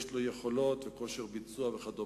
יש לו יכולות, כושר ביצוע וכדומה.